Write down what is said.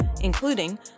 including